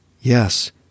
Yes